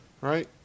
right